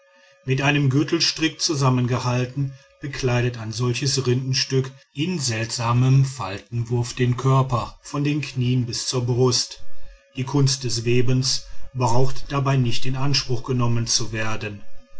mit einem gürtelstrick zusammengehalten bedeckt ein solches rindenstück in seltsamem faltenwurf den körper von den knien bis zur brust die kunst des webens braucht dabei nicht in anspruch genommen zu werden